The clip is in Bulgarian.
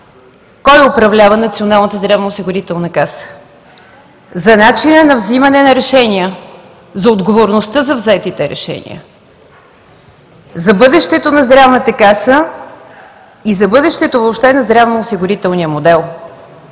кой управлява Националната здравноосигурителна каса, за начина на взимане на решения, за отговорността за взетите решения, за бъдещето на Здравната каса и за бъдещето въобще на здравноосигурителния модел.